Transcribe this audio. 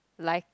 life